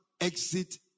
exit